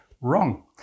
wrong